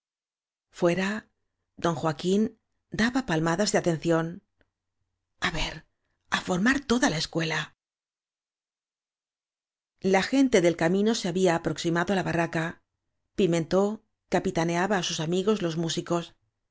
fuera don joaquín daba palmadas de atención a ver á formar toda la escuela la gente del camino se había aproximado á la barraca pimentó capitaneaba á sus amigos los músicos